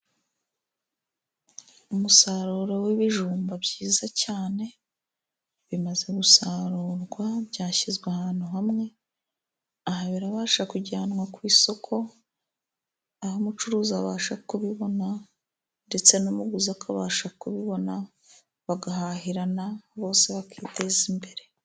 Umusaruro w'ibijumba byiza cyane bimaze gusarurwa byashyizwe ahantu hamwe, aha birabasha kujyanwa ku isoko aho umucuruzi abasha kubibona, ndetse n'umuguzi akabasha kubibona, bagahahirana bose bakiteza imbere.